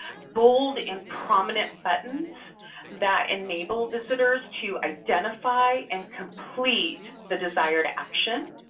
bold and prominent buttons that enable visitors to identify and complete the desired action